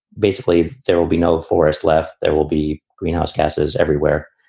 basically, there will be no forests left. there will be greenhouse gases everywhere.